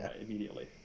immediately